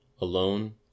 alone